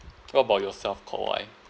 what about yourself Kok Wai